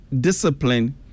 discipline